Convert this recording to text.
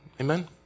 Amen